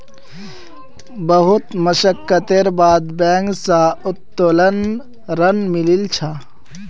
बहुत मशक्कतेर बाद बैंक स उत्तोलन ऋण मिलील छ